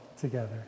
together